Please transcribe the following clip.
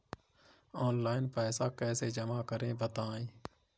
Online पैसा कैसे जमा करें बताएँ?